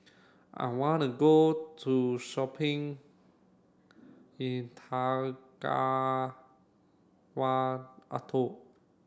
I want to go to shopping in Atoll